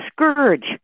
scourge